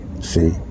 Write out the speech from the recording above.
See